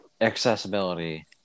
accessibility